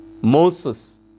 Moses